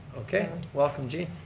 okay welcome jean.